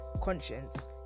conscience